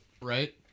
Right